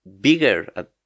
bigger